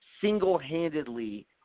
single-handedly